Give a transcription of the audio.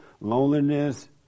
loneliness